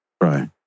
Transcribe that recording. Right